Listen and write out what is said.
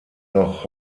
noch